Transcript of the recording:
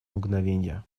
мгновение